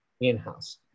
in-house